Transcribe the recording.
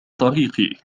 طريقي